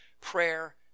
prayer